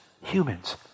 humans